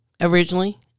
originally